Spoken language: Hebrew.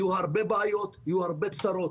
יהיו הרבה בעיות, יהיו הרבה צרות.